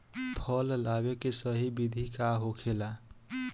फल लगावे के सही विधि का होखेला?